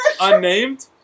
Unnamed